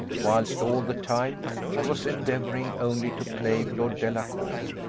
whilst all the time i was endeavouring only to plague lord delacour.